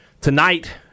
tonight